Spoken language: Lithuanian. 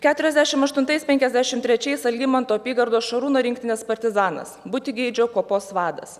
keturiasdešim aštuntais penkiasdešim trečiais algimanto apygardos šarūno rinktinės partizanas butigeidžio kuopos vadas